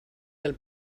del